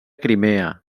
crimea